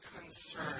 concern